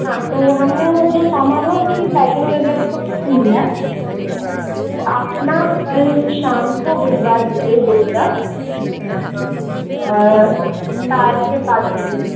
हाँ तो हम ना जो सामान है उसकी पेकिंग वगैरह तो कर ली है ठीक है तो आप है ना कल साम को भिजवा दीजिए दो ट्रक ठीक है चार से पाँच बजे